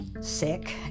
sick